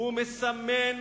ומסמן,